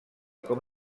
com